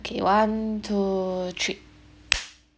okay one two three